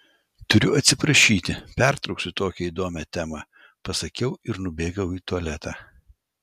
turiu atsiprašyti pertrauksiu tokią įdomią temą pasakiau ir nubėgau į tualetą